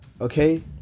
okay